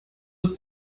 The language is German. ist